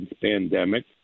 pandemic